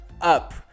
Up